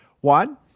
One